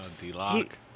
D-Lock